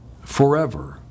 forever